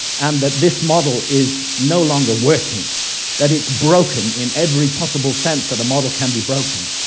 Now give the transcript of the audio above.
and that this model is no longer working that it's broken in every possible sense that a model can be broken.